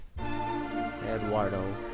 Eduardo